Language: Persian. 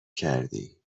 کردی